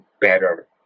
better